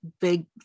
big